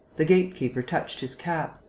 the gate-keeper touched his cap.